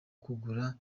kugura